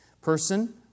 person